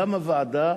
קמה ועדה,